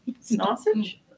Sausage